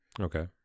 okay